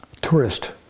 tourist